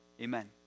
amen